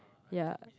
ya